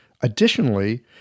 Additionally